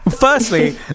Firstly